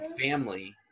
family